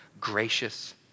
gracious